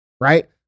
right